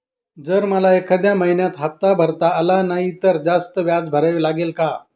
जर मला एखाद्या महिन्यात हफ्ता भरता आला नाही तर जास्त व्याज भरावे लागेल का?